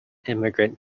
immigrant